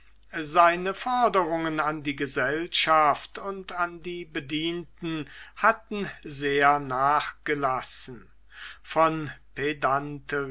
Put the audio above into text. seine forderungen an die gesellschaft und an die bedienten hatten sehr nachgelassen von